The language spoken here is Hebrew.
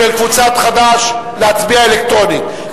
של קבוצת חד"ש, להצביע אלקטרונית?